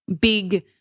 big